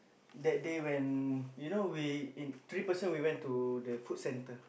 that day when you know we in three person we went to the food centre